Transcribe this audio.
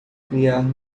criar